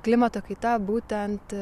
klimato kaita būtent